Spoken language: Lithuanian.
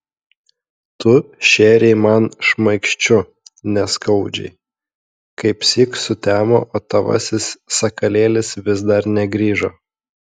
tu šėrei man šmaikščiu neskaudžiai kaipsyk sutemo o tavasis sakalėlis vis dar negrįžo